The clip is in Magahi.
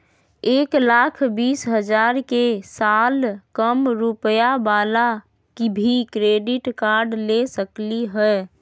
एक लाख बीस हजार के साल कम रुपयावाला भी क्रेडिट कार्ड ले सकली ह?